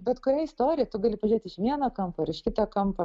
bet kurią istoriją gali pažiūrėt iš vieno kampo ir iš kito kampo